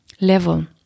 level